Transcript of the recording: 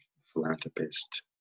philanthropist